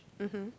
mmhmm